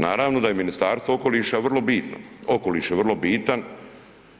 Naravno da je Ministarstvo okoliša vrlo bitno, okoliš je vrlo bitan